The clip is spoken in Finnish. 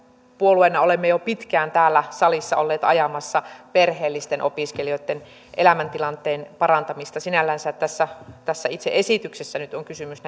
puolueena olemme jo pitkään täällä salissa olleet ajamassa perheellisten opiskelijoitten elämäntilanteen parantamista sinällänsä tässä tässä itse esityksessä nyt on kysymys